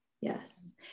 Yes